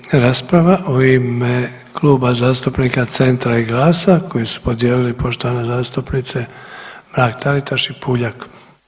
Slijedi rasprava u ime Kluba zastupnika Centra i GLAS-a koji su podijelili poštovane zastupnice Mrak-Taritaš i Puljak.